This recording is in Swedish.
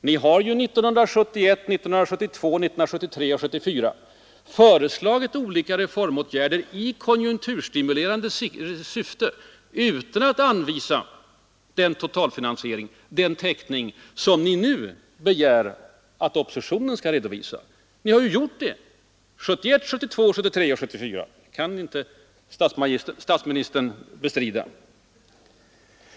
Ni har under åren 1971, 1972, 1973 och 1974 föreslagit olika reformåtgärder i konjunkturstimulerande syfte utan att anvisa den totalfinansiering, den täckning, som ni nu begär att oppositionen skall redovisa. Ni har ju gjort det: 1971, 1972, 1973 och 1974; det kan inte statsministern bestrida.